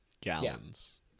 Gallons